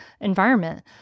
environment